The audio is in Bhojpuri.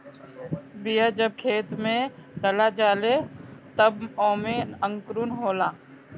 बिया जब खेत में डला जाला तब ओमे अंकुरन होला